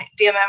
dmm